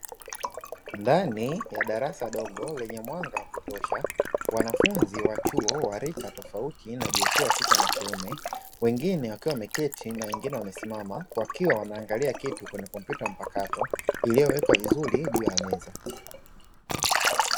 Ndani ya darasa dogo lenye mwanza kutosha, wanafunzi wa chuo wa rika tofauti na jinsia ya kike na kiume, wengine wakiwa wameketi na wengine wamesimama, wakiwa wanaangalia kitu kwenye kompyuta mpakato iliyowekwa vizuri juu ya meza.